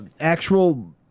actual